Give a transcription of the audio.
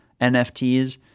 nfts